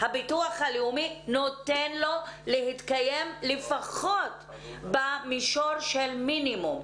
הביטוח הלאומי נותן לו להתקיים לפחות במישור של מינימום.